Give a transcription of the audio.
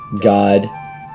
God